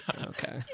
okay